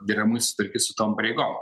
deramai susitvarkyt su tom pareigom